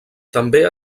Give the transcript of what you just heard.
també